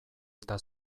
eta